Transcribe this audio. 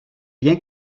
bien